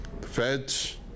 feds